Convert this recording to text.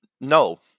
No